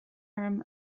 orm